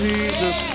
Jesus